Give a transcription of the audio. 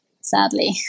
sadly